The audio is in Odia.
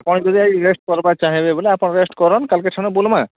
ପହଞ୍ଚିଯାଇ ରେଷ୍ଟ୍ କର୍ବା ଚାହିଁବେ ବୋଲେ ଆପଣ ରେଷ୍ଟ୍ କରନ୍ କାଲ୍କେ ସେନ ବୁଲମାଁ